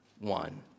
one